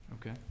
Okay